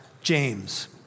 James